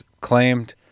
claimed